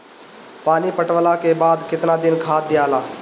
पानी पटवला के बाद केतना दिन खाद दियाला?